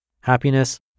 happiness